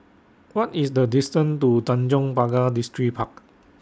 What IS The distance to Tanjong Pagar Distripark